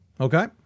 Okay